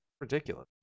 ridiculous